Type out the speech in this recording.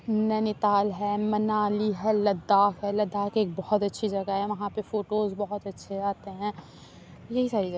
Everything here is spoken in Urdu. نینی تال ہے منالی ہے لدّاخ ہے لدّاخ ایک بہت اچھی جگہ ہے وہاں پہ فوٹوز بہت اچھے آتے ہیں یہی ساری جگہ